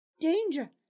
Danger